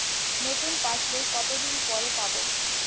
নতুন পাশ বই কত দিন পরে পাবো?